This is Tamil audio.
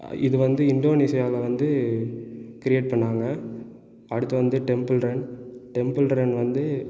இது வந்து இன்டோனேஷியால வந்து க்ரியேட் பண்ணாங்கள் அடுத்து வந்து டெம்புல்ரன் டெம்புல்ரன் வந்து